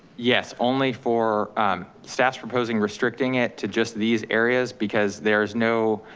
yes, only for staffs proposing restricting it to just these areas because there's no.